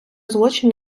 злочин